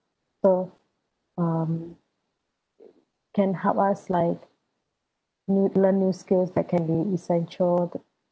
so um it can help us like new learn new skills that can be essential